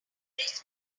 reached